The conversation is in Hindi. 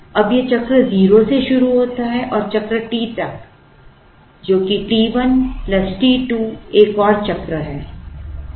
अब यह चक्र 0 से शुरू होता है चक्र T तक Refer Slide Time 3331 जो कि t 1 plus t 2 एक और चक्र है